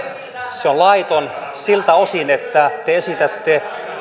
se on laiton siltä osin että te esitätte